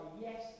yes